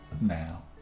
now